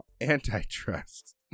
Antitrust